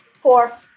Four